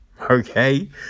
okay